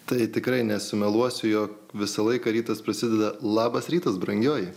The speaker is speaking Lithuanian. tai tikrai nesumeluosiu jog visą laiką rytas prasideda labas rytas brangioji